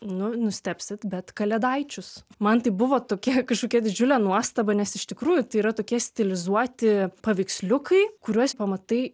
nu nustebsit bet kalėdaičius man tai buvo tokia kažkokia didžiulė nuostaba nes iš tikrųjų tai yra tokie stilizuoti paveiksliukai kuriuos pamatai